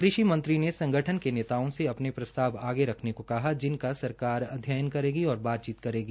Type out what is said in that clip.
कृषि मंत्री ने संगइन के नेताओं से अपने प्रस्ताव आगे रखने को कहा जिनका सरकार अध्ययन करेगी और बातचीत करेगी